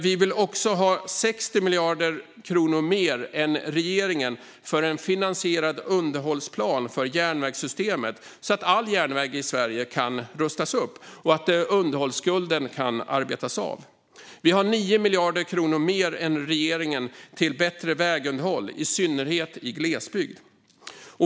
Vi vill också ha 60 miljarder kronor mer än regeringen till en finansierad underhållsplan för järnvägssystemet, så att all järnväg i Sverige kan rustas upp och underhållsskulden arbetas av. Vi har 9 miljarder kronor mer än regeringen till bättre vägunderhåll, i synnerhet i glesbygd.